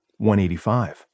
185